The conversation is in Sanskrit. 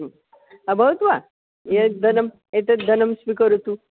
अभवत् वा यद्धनं एतद्धनं स्वीकरोतु